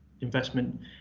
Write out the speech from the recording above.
investment